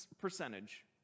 percentage